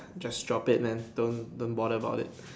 just drop it man don't don't bother about it